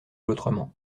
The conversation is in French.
autrement